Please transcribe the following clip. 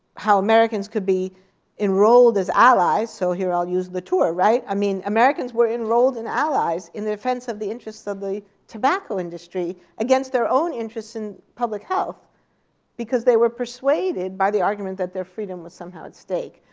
how americans could be enrolled as allies so here i'll use the tour, right? i mean, americans were enrolled as allies in the defense of the interests of the tobacco industry against their own interests in public health because they were persuaded by the argument that their freedom was somehow at stake.